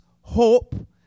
hope